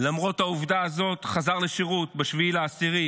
ולמרות העובדה הזאת הוא חזר לשירות ב-7 באוקטובר,